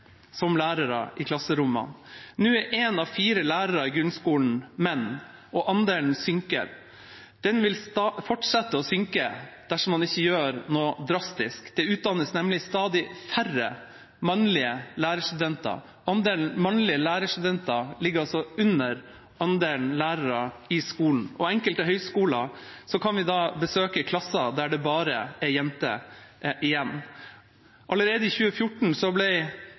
som er lærere i klasserommene. Nå er én av fire lærere i grunnskolen menn, og andelen synker. Den vil fortsette å synke dersom man ikke gjør noe drastisk. Det utdannes nemlig stadig færre mannlige lærere. Andelen mannlige lærerstudenter ligger under andelen lærere i skolen. Ved enkelte høyskoler kan vi besøke klasser der det bare er jenter igjen. Allerede i 2014 ble Høyres daværende kunnskapsminister, Torbjørn Røe Isaksen, utfordret på at det ble